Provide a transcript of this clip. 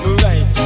right